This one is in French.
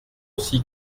aussi